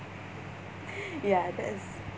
ya that's